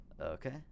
Okay